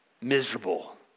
miserable